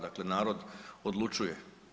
Dakle, narod odlučuje.